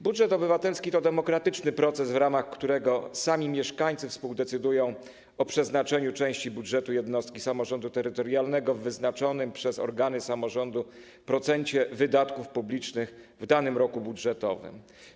Budżet obywatelski to demokratyczny proces, w ramach którego sami mieszkańcy współdecydują o przeznaczeniu części budżetu jednostki samorządu terytorialnego w wyznaczonym przez organy samorządu procencie wydatków publicznych w danym roku budżetowym.